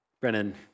Brennan